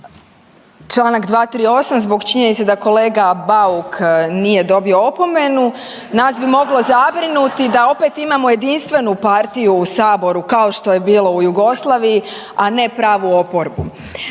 Čl. 238. zbog činjenice da kolega Bauk nije dobio opomenu nas bi moglo zabrinuti da opet imamo jedinstvenu partiju u saboru kao što je bilo u Jugoslaviji, a ne pravu oporbu.